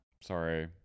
Sorry